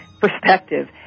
perspective